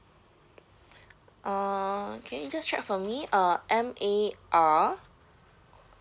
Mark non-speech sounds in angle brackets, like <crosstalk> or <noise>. <breath> uh can you just check for me uh M A R